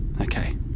Okay